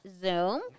Zoom